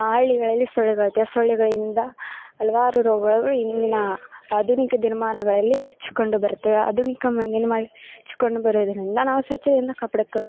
ಹಳ್ಳಿಗಳಲ್ಲಿ ಸೊಳ್ಳೆಗಳಿರತ್ತೆ ಸೊಳ್ಳೆಗಳಿಂದ ಹಲವಾರು ರೋಗಗಳುಗಳು ಇಂದಿನ ಆಧುನಿಕ ದಿನ್ಮಾನಗಳಲ್ಲಿ ಹೆಚ್ಚು ಕಂಡು ಬರುತ್ತವೆ ಆಧುನಿಕ ಮಾನ್ ದಿನ್ಮಾನ್ ಹೆಚ್ಚು ಕಂಡು ಬರೋದರಿಂಧ ನಾವು ಸ್ವಚ್ಛತೆಯನ್ನ ಕಾಪಾಡ್ಕ